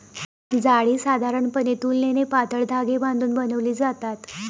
जाळी साधारणपणे तुलनेने पातळ धागे बांधून बनवली जातात